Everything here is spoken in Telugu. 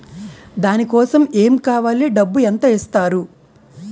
దాని కోసం ఎమ్ కావాలి డబ్బు ఎంత ఇస్తారు?